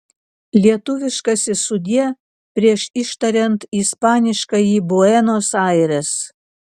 lietuviškasis sudie prieš ištariant ispaniškąjį buenos aires